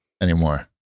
anymore